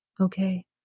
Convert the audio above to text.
Okay